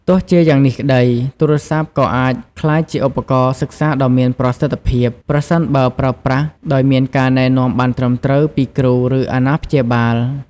ទោះជាយ៉ាងនេះក្ដី ទូរស័ព្ទក៏អាចក្លាយជាឧបករណ៍សិក្សាដ៏មានប្រសិទ្ធភាព ប្រសិនបើប្រើប្រាស់ដោយមានការណែនាំបានត្រឹមត្រូវពីគ្រូ ឬអាណាព្យាបាល។